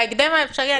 בהקדם האפשרי,